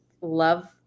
love